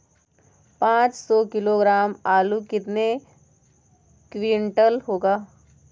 पाँच सौ किलोग्राम आलू कितने क्विंटल होगा?